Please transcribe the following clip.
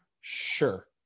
sure